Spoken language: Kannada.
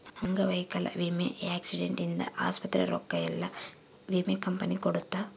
ಅಂಗವೈಕಲ್ಯ ವಿಮೆ ಆಕ್ಸಿಡೆಂಟ್ ಇಂದ ಆಸ್ಪತ್ರೆ ರೊಕ್ಕ ಯೆಲ್ಲ ವಿಮೆ ಕಂಪನಿ ಕೊಡುತ್ತ